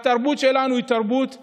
התרבות שלנו היא תרבות מדהימה,